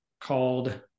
called